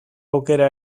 aukera